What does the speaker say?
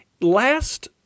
Last